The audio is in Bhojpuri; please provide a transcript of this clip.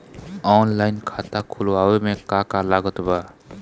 ऑनलाइन खाता खुलवावे मे का का लागत बा?